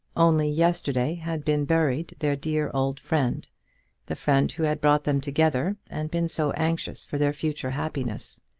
only yesterday had been buried their dear old friend the friend who had brought them together, and been so anxious for their future happiness!